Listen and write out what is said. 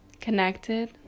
connected